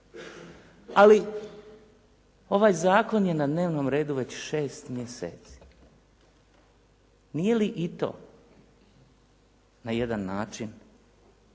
Ali, ovaj zakon je na dnevnom redu već šest mjeseci. Nije li i to na jedan način